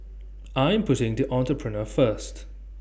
I'm putting the Entrepreneur First